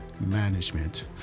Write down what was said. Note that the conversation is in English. management